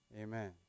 Amen